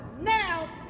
now